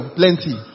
plenty